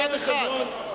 אחד אחד.